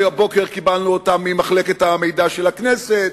הבוקר קיבלנו אותם ממחלקת המידע של הכנסת,